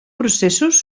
processos